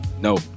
No